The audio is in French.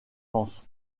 vence